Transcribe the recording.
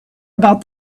about